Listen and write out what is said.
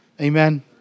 Amen